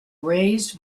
raised